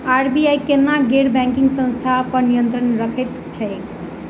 RBI केना गैर banking संस्था पर नियत्रंण राखैत छैक?